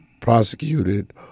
prosecuted